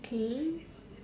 paint